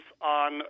on